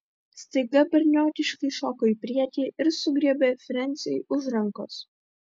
staiga berniokiškai šoko į priekį ir sugriebė frensiui už rankos